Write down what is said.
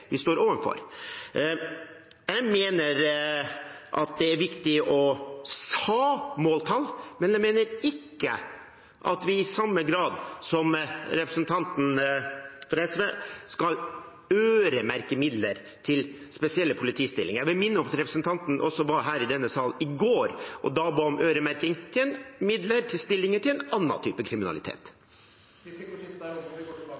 vi står overfor. Jeg mener at det er viktig å ha måltall, men jeg mener ikke i samme grad som representanten fra SV at vi skal øremerke midler til spesielle politistillinger. Jeg vil minne om at representanten også var her i denne sal i går og ba om øremerkede midler til stillinger når det gjaldt en annen type kriminalitet. Replikkordskiftet er